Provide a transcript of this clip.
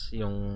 yung